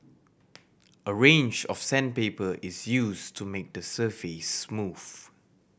a range of sandpaper is used to make the surface smooth